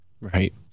Right